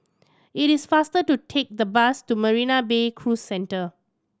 it is faster to take the bus to Marina Bay Cruise Centre